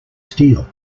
steel